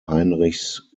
heinrichs